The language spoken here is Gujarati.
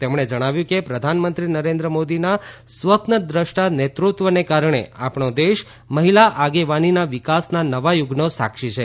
તેમણે જણાવ્યું કે પ્રધાનમંત્રી નરેન્દ્ર મોદીના સ્વપ્નદ્રષ્ટા નેતૃત્વને કારણે આપણો દેશ મહિલા આગેવાનીના વિકાસના નવા યુગનો સાક્ષી છે